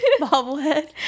bobblehead